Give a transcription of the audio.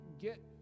get